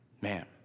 Man